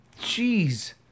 Jeez